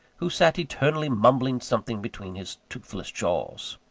who sat eternally mumbling something between his toothless jaws.